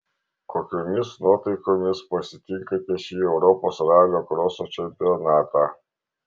kokiomis nuotaikomis pasitinkate šį europos ralio kroso čempionatą